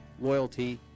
loyalty